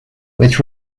which